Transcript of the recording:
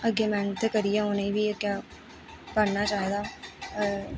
अग्गें मेह्नत करियै उ'नेंगी बी अग्गें पढ़ना चाहिदा